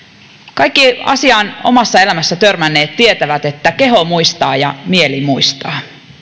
kaikki asiaan omassa elämässään törmänneet tietävät että keho muistaa ja mieli muistaa